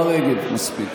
השרה רגב, מספיק.